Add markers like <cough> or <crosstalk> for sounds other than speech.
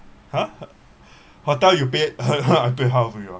!huh! hotel you pay <laughs> I pay half only ah